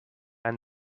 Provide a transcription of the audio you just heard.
and